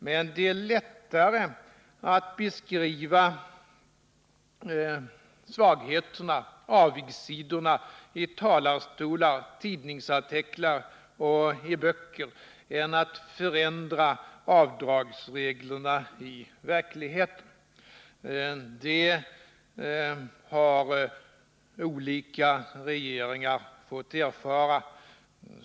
Men det är lättare att beskriva svagheterna och avigsidorna i talarstolar, tidningsartiklar och böcker än att i verkligheten förändra avdragsreglerna. Det har olika regeringar fått erfara.